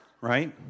Right